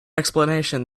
explanation